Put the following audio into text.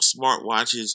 smartwatches